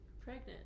pregnant